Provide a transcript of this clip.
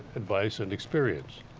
advice and experience.